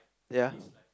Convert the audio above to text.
ya